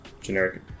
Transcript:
Generic